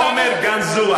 אתה אומר "גנזו".